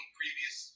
previous